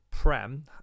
Prem